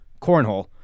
Cornhole